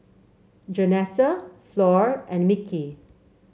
Janessa Flor and Mickey